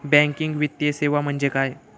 Banking वित्तीय सेवा म्हणजे काय?